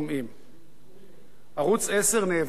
ערוץ-10 נאבק כבר הרבה שנים על קיומו.